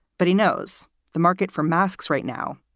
but he knows the market for masks right now.